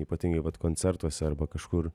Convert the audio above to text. ypatingai vat koncertuose arba kažkur